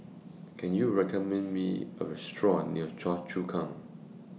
Can YOU recommend Me A Restaurant near Choa Chu Kang